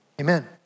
amen